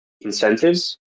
incentives